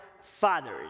fathers